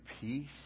peace